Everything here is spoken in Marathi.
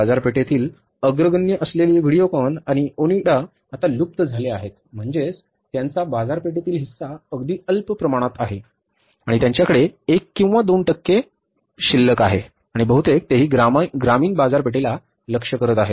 बाजारपेठेतील अग्रगण्य असलेले व्हिडिओकॉन आणि ओनिडा आता लुप्त झाले आहेत म्हणजेच त्यांचा बाजारपेठेतील हिस्सा अगदी अल्प प्रमाणात आहे आणि त्यांच्याकडे 1 किंवा 2 टक्के शिल्लक आहे आणि बहुतेक तेही ग्रामीण बाजारपेठेला लक्ष्य करत आहेत